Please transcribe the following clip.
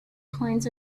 coins